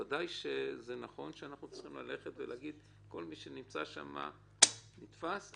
בוודאי שנכון שנאמר שכל מי שנמצא שם נתפס,